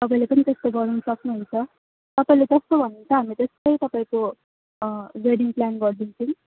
तपाईँले पनि त्यस्तो गराउन सक्नु हुन्छ तपाईँले कस्तो भन्नु हुन्छ हामी त्यस्तै तपाईँको वेडिङ प्लान गरिदिन्छौँ